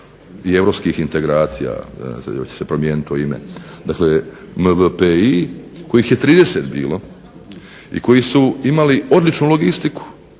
i europskih integracija, ne znam sad hoće se promijeniti to ime, dakle MVPEI, kojih je 30 bilo i koji su imali odličnu logistiku